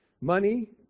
Money